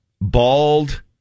Bald